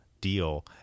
deal